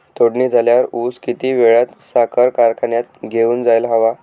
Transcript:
तोडणी झाल्यावर ऊस किती वेळात साखर कारखान्यात घेऊन जायला हवा?